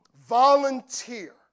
Volunteer